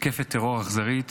מתקפת טרור אכזרית